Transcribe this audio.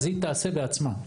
היא תעשה בעצמה.